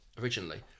originally